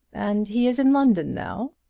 and he is in london now?